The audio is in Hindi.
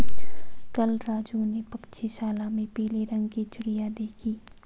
कल राजू ने पक्षीशाला में पीले रंग की चिड़िया देखी